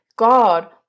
God